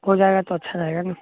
हो जाएगा तो अच्छा रहेगा ने